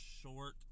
short